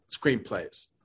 screenplays